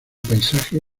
paisaje